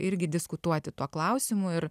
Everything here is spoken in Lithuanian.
irgi diskutuoti tuo klausimu ir